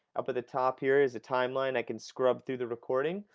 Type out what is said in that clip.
up at the top here is a timeline, i can scrub through the recording.